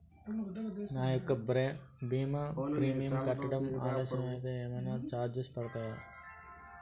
నా యెక్క భీమా ప్రీమియం కట్టడం ఆలస్యం అయితే ఏమైనా చార్జెస్ పడతాయా?